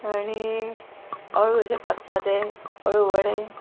आनी अळूचे पात पाते हळू वडे